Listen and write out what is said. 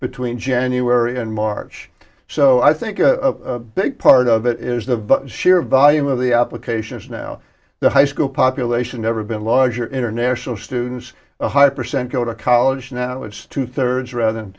between january and march so i think a big part of it is the sheer volume of the applications now the high school population never been larger international students a high percent go to college now it's two thirds rather than